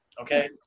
Okay